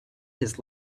his